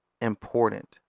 important